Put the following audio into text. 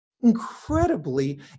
incredibly